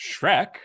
Shrek